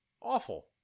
Awful